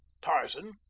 Tarzan